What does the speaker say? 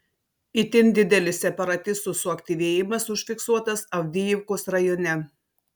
itin didelis separatistų suaktyvėjimas užfiksuotas avdijivkos rajone